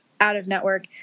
out-of-network